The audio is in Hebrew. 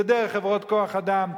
זה דרך חברות כוח-אדם,